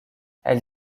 elle